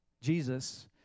Jesus